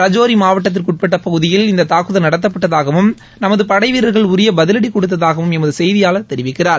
ரஜோரி மாவட்டத்திற்குட்பட்ட பகுதியில் இந்தத் தாக்குதல் நடத்தப்பட்டதாகவும் நமது படை வீரர்கள் உரிய பதிலடி கொடுத்ததாகவும் எமது செய்தியாளர் தெரிவிக்கிறார்